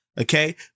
Okay